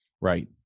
Right